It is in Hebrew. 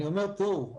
אני אומר תוהו.